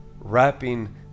wrapping